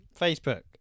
Facebook